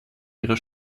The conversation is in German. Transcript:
ihrer